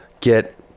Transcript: get